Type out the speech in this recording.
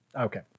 okay